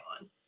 on